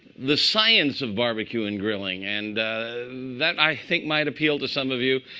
the science of barbecue and grilling. and that, i think, might appeal to some of you.